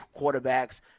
quarterbacks